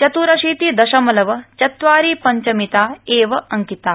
चत्रशीतिदशमलव चत्वारि पञ्चमिता एव अंकिता